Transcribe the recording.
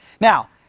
Now